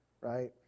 right